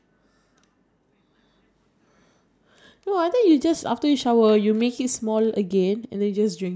how big would you want you remote T_V to become like so that you can step on it and like jump around like a piano